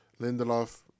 Lindelof